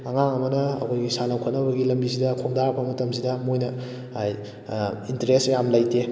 ꯑꯉꯥꯡ ꯑꯃꯅ ꯑꯩꯈꯣꯏꯒꯤ ꯁꯥꯟꯅ ꯈꯣꯠꯅꯕꯒꯤ ꯂꯝꯕꯤꯁꯤꯗ ꯈꯣꯡꯗꯥꯔꯛꯄ ꯃꯇꯝꯁꯤꯗ ꯃꯈꯣꯏꯅ ꯏꯟꯇꯔꯦꯁ ꯌꯥꯝ ꯂꯩꯇꯦ